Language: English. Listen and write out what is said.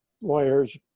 lawyers